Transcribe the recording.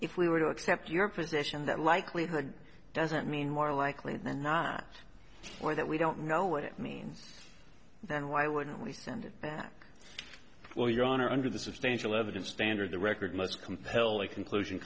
if we were to accept your position that likelihood doesn't mean more likely not or that we don't know what it means then why wouldn't we send it back well your honor under the substantial evidence standard the record most compelling conclusion